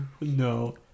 no